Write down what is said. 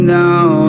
now